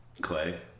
Clay